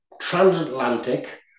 transatlantic